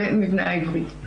זה מבנה העברית.